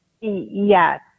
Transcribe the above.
Yes